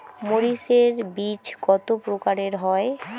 মরিচ এর বীজ কতো প্রকারের হয়?